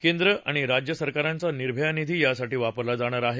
कॅद्र आणि राज्य सरकारांचा निर्भया निधी यासाठी वापरला जाणार आहे